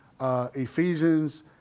Ephesians